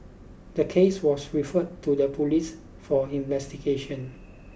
the case was referred to the police for investigation